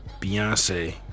Beyonce